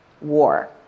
war